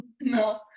No